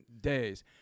days